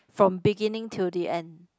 from beginning till the end